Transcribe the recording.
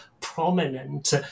prominent